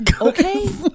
okay